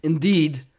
Indeed